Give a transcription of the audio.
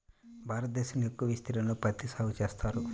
భారతదేశంలో ఎక్కువ విస్తీర్ణంలో పత్తి సాగు చేస్తారు